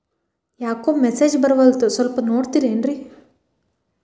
ಯಾಕೊ ಮೆಸೇಜ್ ಬರ್ವಲ್ತು ಸ್ವಲ್ಪ ನೋಡ್ತಿರೇನ್ರಿ?